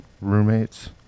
roommates